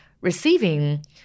receiving